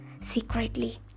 secretly